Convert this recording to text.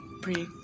break